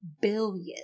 billion